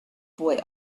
boy